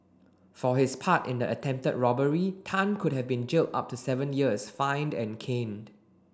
for his part in the attempted robbery Tan could have been jailed up to seven years fined and caned